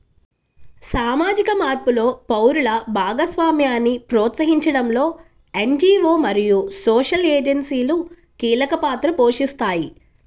సామాజిక మార్పులో పౌరుల భాగస్వామ్యాన్ని ప్రోత్సహించడంలో ఎన్.జీ.వో మరియు సోషల్ ఏజెన్సీలు కీలక పాత్ర పోషిస్తాయి